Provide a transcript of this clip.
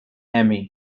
emmy